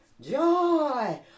Joy